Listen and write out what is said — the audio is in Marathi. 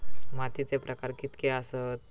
मातीचे प्रकार कितके आसत?